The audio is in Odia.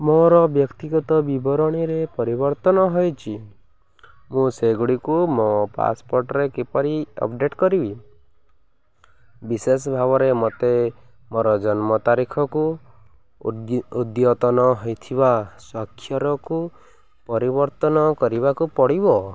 ମୋର ବ୍ୟକ୍ତିଗତ ବିବରଣୀରେ ପରିବର୍ତ୍ତନ ହେଇଛି ମୁଁ ସେଗୁଡ଼ିକୁ ମୋ ପାସପୋର୍ଟରେ କିପରି ଅପଡ଼େଟ୍ କରିବି ବିଶେଷ ଭାବରେ ମୋତେ ମୋର ଜନ୍ମ ତାରିଖକୁ ଉଦି ଉଦ୍ୟତନ ହେଇଥିବା ସ୍ୱାକ୍ଷରକୁ ପରିବର୍ତ୍ତନ କରିବାକୁ ପଡ଼ିବ